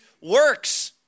works